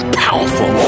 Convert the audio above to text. powerful